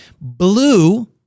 Blue